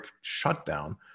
shutdown